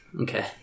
okay